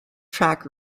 track